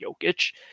Jokic